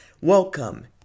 welcome